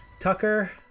tucker